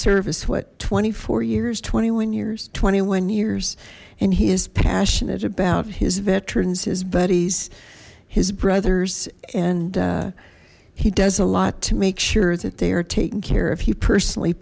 service what twenty four years twenty one years twenty one years and he is passionate about his veterans his buddies his brothers and he does a lot to make sure that they are taking care of you personally